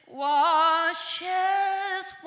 washes